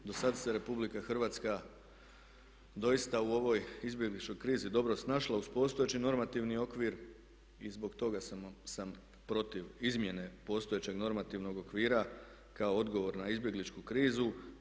Do sada se RH doista u ovoj izbjegličkoj krizi dobro snašla uz postojeći normativni okvir i zbog toga sam protiv izmjene postojećeg normativnog okvira kao odgovor na izbjegličku krizu.